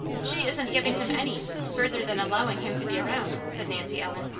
she isn't giving him any, further than allowing him to be around, said nancy ellen.